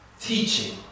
teaching